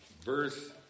verse